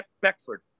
Beckford